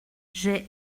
j’ai